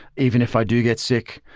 even if i do get sick,